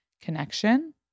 Connection